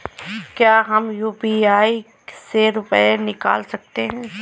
क्या हम यू.पी.आई से रुपये निकाल सकते हैं?